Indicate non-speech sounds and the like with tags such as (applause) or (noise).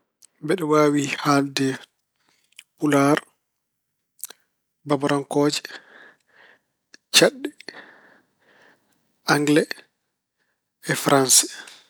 Mbeɗu waawi haalde Pulaar, (noise) Baburankoji, (noise) Chaaɗɗ, Angele,e Faranse.